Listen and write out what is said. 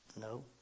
No